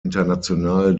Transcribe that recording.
international